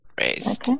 raised